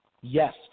Yes